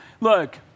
Look